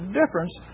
difference